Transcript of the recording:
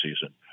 season